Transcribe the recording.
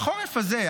בחורף הזה,